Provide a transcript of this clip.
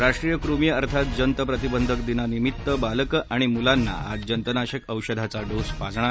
राष्ट्रीय कृमी अर्थात जंत प्रतिबंध दिनानिमित्त बालकं आणि मुलांना आज जतंनाशक औषधाचा डोस मिळणार